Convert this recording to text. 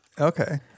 Okay